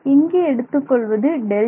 இங்கே எடுத்துக்கொள்வது Δt